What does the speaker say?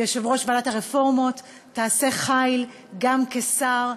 כיושב-ראש ועדת הרפורמות, תעשה חיל גם כשר,